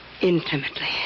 intimately